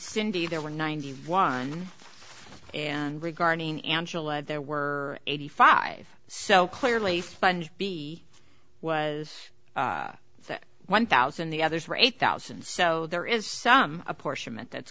cindy there were ninety one and regarding angela there were eighty five so clearly fund b was one thousand the others were eight thousand so there is some apportionment that's